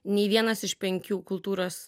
nei vienas iš penkių kultūros